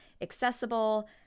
accessible